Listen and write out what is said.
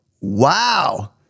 Wow